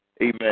amen